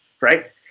right